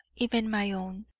even my own.